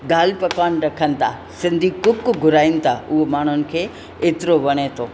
दालि पकवान रखनि था सिंधी कुक घुराइनि ता उओ माण्हुन खे एतिरो वणे थो